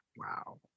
Wow